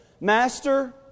Master